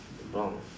brown